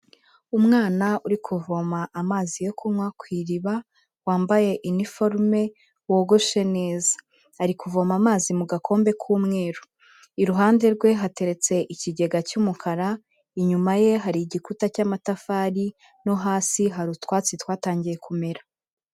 Umwana uri kuvoma amazi yo kunywa ku iriba, wambaye iniforume, wogoshe neza. Ari kuvoma amazi mu gakombe k'umweru. Iruhande rwe hateretse ikigega cy'umukara, inyuma ye hari igikuta cy'amatafari no hasi hari utwatsi twatangiye kumera.